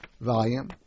volume